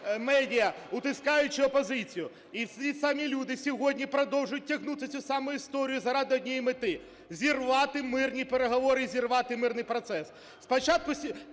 медіа, утискаючи опозицію. І ті самі люди сьогодні продовжують тягнути цю саму історію заради однієї мети – зірвати мирні переговори і зірвати мирний процес. Спочатку